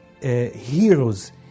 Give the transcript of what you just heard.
heroes